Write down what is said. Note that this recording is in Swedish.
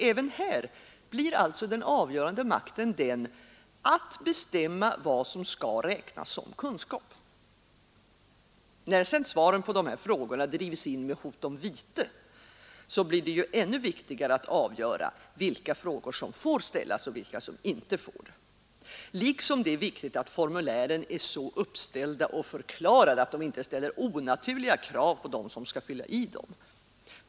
Även här blir alltså den avgörande makten den att bestämma vad som skall räknas som kunskap. När sedan svaren på dessa frågor drivs in med hot om vite blir det ju ännu viktigare att avgöra vilka frågor som får ställas och vilka som inte får ställas, liksom det är viktigt att formulären är så uppställda och förklarade att de inte ställer onaturliga krav på den som skall fylla i dem.